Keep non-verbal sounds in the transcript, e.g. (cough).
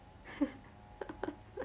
(laughs)